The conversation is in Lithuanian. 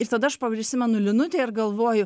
ir tada aš pa prisimenu linutę ir galvoju